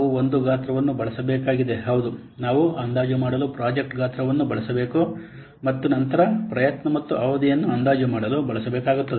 ನಾವು ಒಂದು ಗಾತ್ರವನ್ನು ಬಳಸಬೇಕಾಗಿದೆ ಹೌದು ನಾವು ಅಂದಾಜು ಮಾಡಲು ಪ್ರಾಜೆಕ್ಟ್ ಗಾತ್ರವನ್ನು ಬಳಸಬೇಕು ಮತ್ತು ನಂತರ ಪ್ರಯತ್ನ ಮತ್ತು ಅವಧಿಯನ್ನು ಅಂದಾಜು ಮಾಡಲು ಬಳಸಬೇಕಾಗುತ್ತದೆ